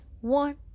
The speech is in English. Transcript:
one